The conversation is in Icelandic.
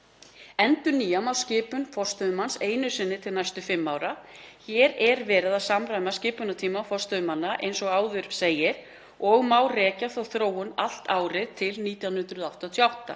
„Endurnýja má skipun forstöðumanns einu sinni til næstu fimm ára.“ Hér er verið að samræma skipunartíma forstöðumanna eins og áður segir og má rekja þá þróun allt til ársins 1988.